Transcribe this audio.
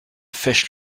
fesches